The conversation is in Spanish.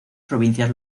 provincias